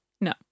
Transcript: No